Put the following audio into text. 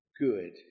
good